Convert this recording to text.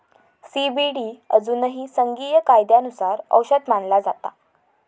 CBD अजूनही संघीय कायद्यानुसार औषध मानला जाता